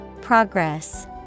Progress